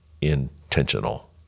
Intentional